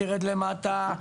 תרד למטה,